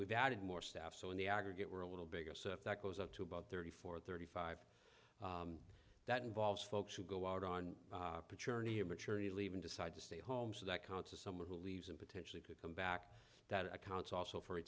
we've added more staff so in the aggregate we're a little bigger so if that goes up to about thirty four thirty five that involves folks who go out on a maturity leave and decide to stay home so that counts as someone who leaves and potentially could come back that accounts also f